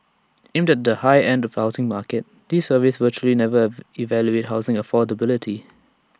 aimed at the high end of the housing market these surveys virtually never evaluate housing affordability